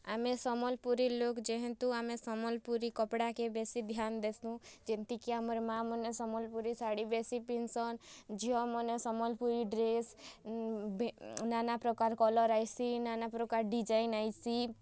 ଆମେ ସମ୍ବଲପୁରୀ ଲୋକ୍ ଯେଁହେତୁ ଆମେ ସମ୍ବଲ୍ପୁରୀ କପ୍ଡ଼ାକେ ବେଶୀ ଧ୍ୟାନ୍ ଦେସୁଁ ଯେନ୍ତିକି ଆମର୍ ମା'ମାନେ ସମ୍ବଲ୍ପୁରୀ ଶାଢ଼ୀ ବେଶୀ ପିନ୍ଧ୍ସନ୍ ଝିଅମାନେ ସମ୍ବଲ୍ପୁରୀ ଡ଼୍ରେସ୍ ନାନାପ୍ରକାର୍ କଲର୍ ଆଇସି ନାନାପ୍ରକାର୍ ଡ଼ିଜାଇନ୍ ଆଇସି